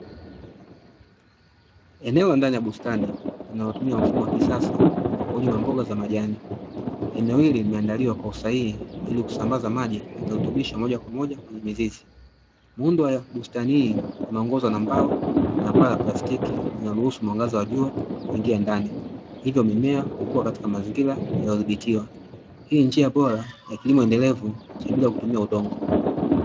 Eneo la ndani ya bustani linalotumia mfumo wa kisasa wa kulima mboga za majani. Eneo hili limeandaliwa kwa usahihi ili kusambaza maji virutubisho moja kwa moja kwenye mizizi. Muundo wa bustani hii unaongozwa na mbao na paa la plastiki linaruhusu mwanga wa jua kuingia ndani, hivyo mimea kukua katika mazingira bora yaliyodhibitiwa. Hii ni njia bora ya kilimo cha bila kutumia udongo.